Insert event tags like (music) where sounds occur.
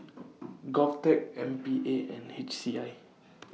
(noise) Govtech M P A and H C I